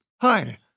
Hi